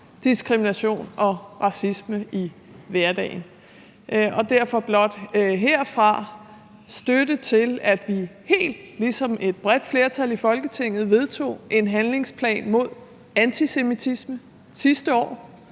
diskrimination og racisme i hverdagen. Derfor blot herfra støtte til, at vi, helt ligesom et bredt flertal i Folketinget vedtog en handlingsplan mod antisemitisme sidste år